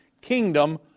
kingdom